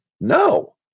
No